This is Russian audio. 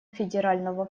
федерального